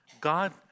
God